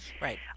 Right